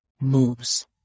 moves